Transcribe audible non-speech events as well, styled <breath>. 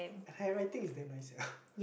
and her handwriting is damn nice sia <breath>